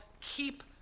keep